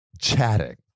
chatting